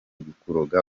kurogoya